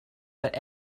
but